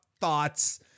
thoughts